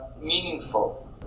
meaningful